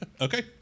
Okay